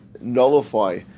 nullify